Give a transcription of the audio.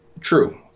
True